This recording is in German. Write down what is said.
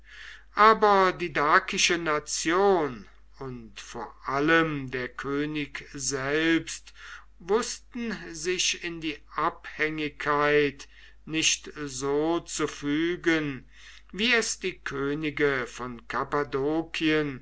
aber die dakische nation und vor allem der könig selbst wußten sich in die abhängigkeit nicht so zu fügen wie es die könige von